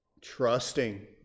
trusting